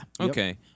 Okay